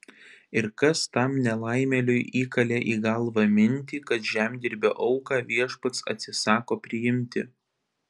ir kas tam nelaimėliui įkalė į galvą mintį kad žemdirbio auką viešpats atsisako priimti